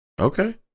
okay